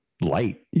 light